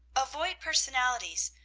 avoid personalities.